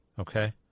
okay